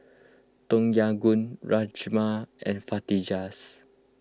Tom Yam Goong Rajma and Fajitas